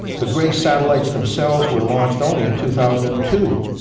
the grace satellites themselves were launched only in two thousand and two,